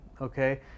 okay